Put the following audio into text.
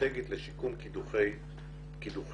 האסטרטגית לשיקום קידוחים